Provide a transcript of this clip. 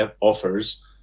offers